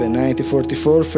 1944